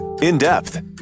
In-Depth